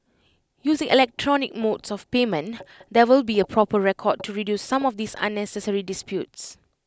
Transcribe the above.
using electronic modes of payment there will be A proper record to reduce some of these unnecessary disputes